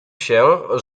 się